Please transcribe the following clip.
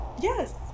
Yes